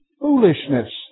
foolishness